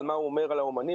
מה הוא אומר על האומנים,